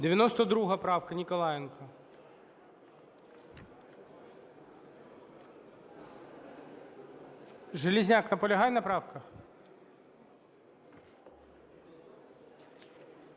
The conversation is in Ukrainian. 92 правка, Ніколаєнко. Железняк наполягає на правках?